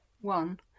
One